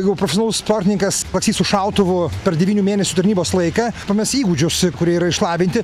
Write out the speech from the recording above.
jeigu profesionalus sportininkas lakstys su šautuvu per devynių mėnesių tarnybos laiką pames įgūdžius kurie yra išlavinti